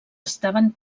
estaven